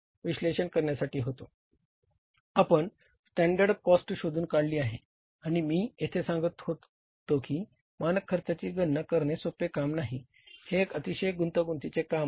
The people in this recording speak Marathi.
आपण स्टँडर्ड कॉस्ट शोधून काढली आहे आणि मी येथे सांगतो की मानक खर्चाची गणना करणे सोपे काम नाही हे एक अतिशय गुंतागुंतीची काम आहे